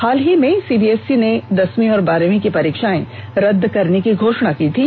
हाल ही में सीबीएसई ने दसवीं और बारहवीं की परीक्षाएं रद्द करने की घोषणा की थी